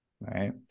Right